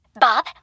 Bob